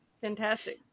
Fantastic